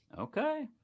okay